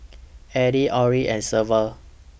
Alline Orin and Severt